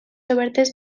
obertes